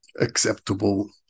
acceptable